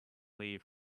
leave